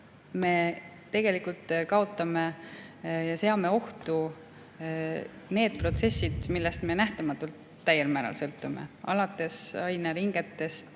me tegelikult seame ohtu need protsessid, millest me nähtamatult täiel määral sõltume: alates aineringetest,